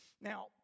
Now